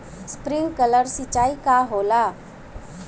Sprinkler सिंचाई का होला?